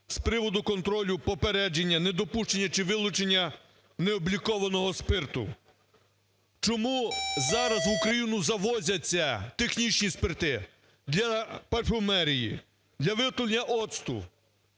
з приводу контролю, попередження, недопущення чи вилученнянеоблікованого спирту. Чому зараз в Україну завозяться технічні спирти для парфумерії, для виготовлення оцту?